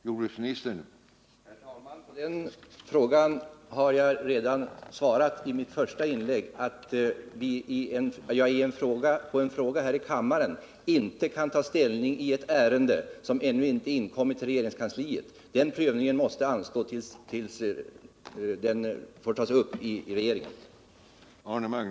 Herr talman! På detta har jag redan svarat i mitt första inlägg, nämligen att jag på en fråga här i kammaren inte kan ta ställning i ett ärende som ännu inte inkommit till regeringskansliet. Den prövningen måste alltså anstå tills frågan tas upp i regeringen.